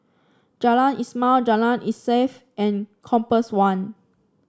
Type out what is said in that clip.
Jalan Ismail Jalan Insaf and Compass One